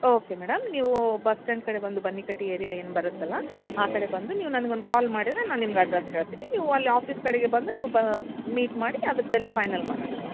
okay madam ನೀವು bus stand ಕಡೆ ಬಂದು ಬನ್ನಿಕಟ್ಟಿ ಏರ್ಯಾ ಏನು ಬರುತ್ತಲ್ಲ ಆ ಕಡೆ ಬಂದು ನೀವು ನಂಗೊಂದು ಕಾಲ್ ಮಾಡಿದರೆ ನಾನು ನಿಮಗೆ ಅಡ್ರೆಸ್ ಹೇಳ್ತೀನಿ ನೀವು ಅಲ್ಲಿ ಆಫೀಸ್ ಕಡೆಗೆ ಬಂದು ಮೀಟ್ ಮಾಡಿ ಅದ್ರದ್ದೆಲ್ಲ ಫೈನಲ್ ಮಾಡೋಣಂತ